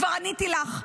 כבר עניתי לך.